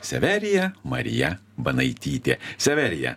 severija marija banaitytė severija